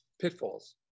pitfalls